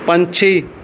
ਪੰਛੀ